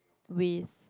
with